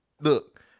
look